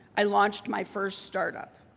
i launched my first startup.